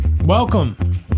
Welcome